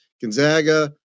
Gonzaga